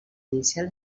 inicial